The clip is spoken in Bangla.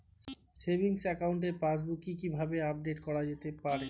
সেভিংস একাউন্টের পাসবুক কি কিভাবে আপডেট করা যেতে পারে?